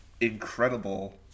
incredible